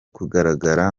kugaragara